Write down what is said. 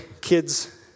kids